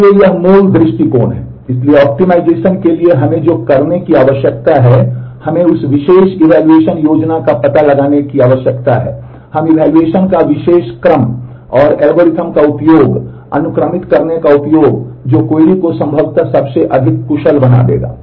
इसलिए यह मूल दृष्टिकोण है इसलिए ऑप्टिमाइजेशन का विशेष क्रम और एल्गोरिदम का उपयोग अनुक्रमित का उपयोग जो क्वेरी को संभवतः सबसे अधिक कुशल बना देगा